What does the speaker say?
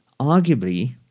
Arguably